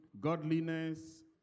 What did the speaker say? godliness